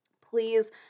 Please